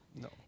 No